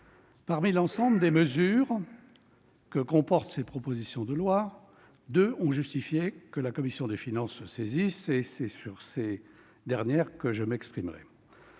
Parmi l'ensemble des mesures que comportent ces propositions de loi, deux ont justifié que la commission des finances se saisisse : c'est sur ces dispositions que je m'exprimerai.